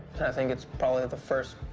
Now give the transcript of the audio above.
think it's probably the first